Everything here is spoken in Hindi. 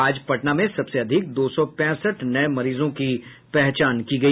आज पटना में सबसे अधिक दो सौ पैंसठ नये मरीजों की पहचान हुई